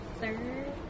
third